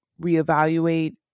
reevaluate